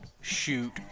shoot